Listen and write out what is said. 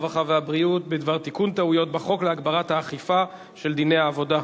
הרווחה והבריאות בדבר תיקון טעויות בחוק להגברת האכיפה של דיני העבודה.